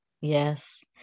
yes